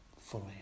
fully